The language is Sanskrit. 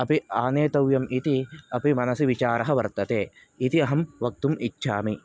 अपि आनेतव्यम् इति अपि मनसि विचारः वर्तते इति अहं वक्तुम् इच्छामि